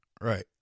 Right